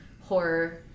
horror